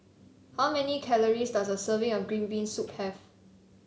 how many calories does a serving of Green Bean Soup have